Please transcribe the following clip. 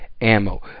ammo